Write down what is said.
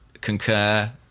concur